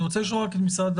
אני רוצה לשאול את המשטרה,